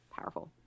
Powerful